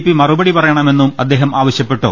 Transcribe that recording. P മറുപടി പറയണമെന്നും അദ്ദേഹം ആവശ്യപ്പെട്ടു